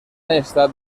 estat